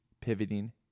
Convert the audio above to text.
pivoting